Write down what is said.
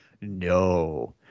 No